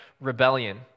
rebellion